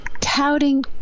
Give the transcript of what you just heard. touting